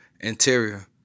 Interior